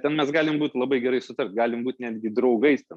ten mes galim būti labai gerai sutart galim būt netgi draugais ten